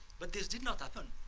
but this did not happen.